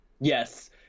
yes